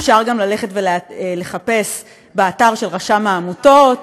אפשר גם ללכת ולחפש באתר של רשם העמותות,